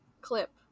clip